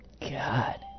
God